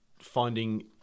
finding